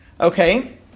Okay